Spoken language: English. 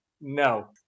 No